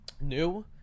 new